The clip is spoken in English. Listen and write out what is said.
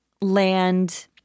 land